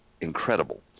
incredible